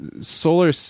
solar